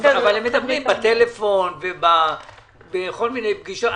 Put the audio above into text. אבל הם מדברים בטלפון ובכל מיני פגישות.